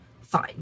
fine